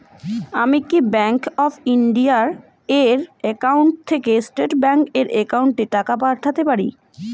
আমি কি bank of India এর একাউন্ট থেকে স্টেট ব্যাংক এর একাউন্টে টাকা পাঠাতে পারি?